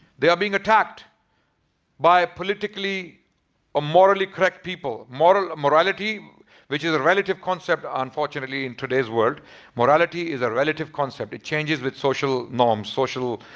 they are being attacked by politically or morally correct people morality um which is a relative concept unfortunately in today's world morality is a relative concept it changes with social, norms social